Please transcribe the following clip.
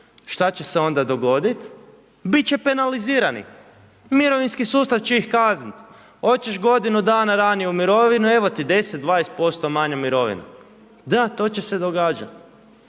šta će se onda dogodit? Bit će penalizirani. Mirovinski sustav će ih kaznit. Hoćeš godinu dana ranije u mirovinu, evo ti 10, 20% manja mirovina. Da, to će se događat.